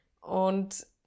Und